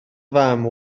fam